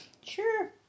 Sure